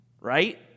right